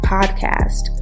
Podcast